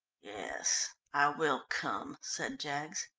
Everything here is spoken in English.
yes, i will come, said jaggs.